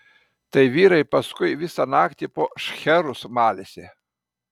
tai vyrai paskui visą naktį po šcherus malėsi